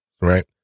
right